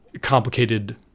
complicated